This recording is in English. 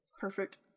Perfect